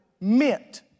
meant